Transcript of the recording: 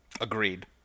Agreed